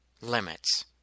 limits